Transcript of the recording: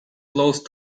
closed